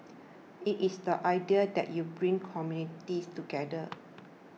it is the idea that you bring communities together